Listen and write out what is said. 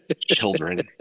Children